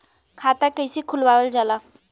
खाता कइसे खुलावल जाला?